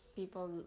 people